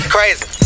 Crazy